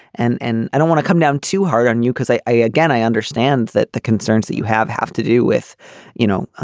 and and i don't want to come down too hard on you because i i again i understand that the concerns that you have have to do with you know